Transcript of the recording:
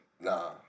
Nah